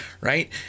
right